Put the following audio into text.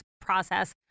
process